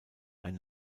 ein